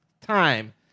time